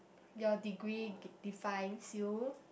your degree D defines you